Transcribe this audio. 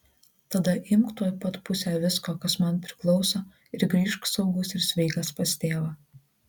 tada imk tuoj pat pusę visko kas man priklauso ir grįžk saugus ir sveikas pas tėvą